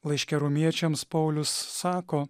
laiške romiečiams paulius sako